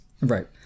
Right